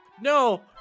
No